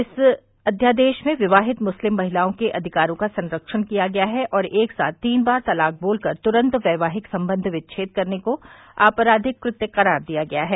इस अध्यादेश में विवाहित मुस्लिम महिलाओं के अधिकारों का संरक्षण किया गया है और एक साथ तीन बार तलाक बोलकर तुरंत वैवाहिक संबंध विच्छेद करने को आपराधिक कृत्य करार दिया गया है